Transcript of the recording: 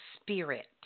spirit